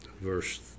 verse